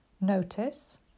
Notice